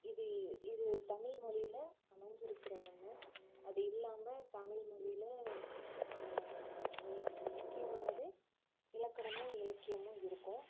இது இது தமிழ்மொழியில் அமைஞ்சிருக்கற ஒன்று அது இல்லாமல் தமிழ்மொழியில் மெய் முக்கியமானதே இலக்கணமும் இலக்கியமும் இருக்கும்